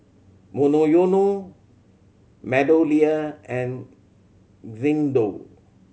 Monoyono MeadowLea and Xndo